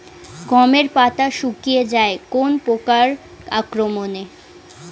গমের পাতা শুকিয়ে যায় কোন পোকার আক্রমনে?